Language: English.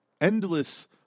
endless